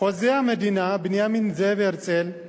חוזה המדינה, בנימין זאב הרצל,